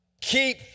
keep